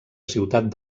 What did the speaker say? ciutat